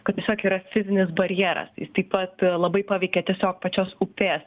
kad tiesiog yra fizinis barjeras jis taip pat labai paveikia tiesiog pačios upės